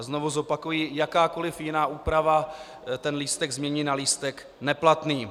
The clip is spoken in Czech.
Znovu zopakuji, jakákoliv jiná úprava ten lístek změní na lístek neplatný.